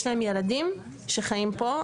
יש להן ילדים שחיים פה,